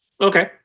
Okay